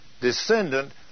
descendant